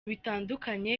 bitandukanye